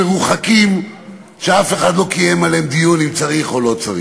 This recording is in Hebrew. מרוחקים כלשהם שאף אחד לא קיים עליהם דיון אם צריך אותם או לא.